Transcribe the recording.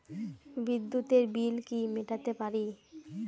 বিদ্যুতের বিল কি মেটাতে পারি?